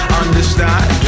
understand